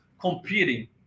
competing